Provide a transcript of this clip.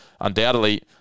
undoubtedly